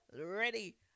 ready